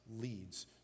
leads